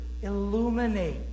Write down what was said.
illuminate